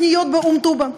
קניות באום טובא?